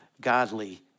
godly